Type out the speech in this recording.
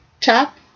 tap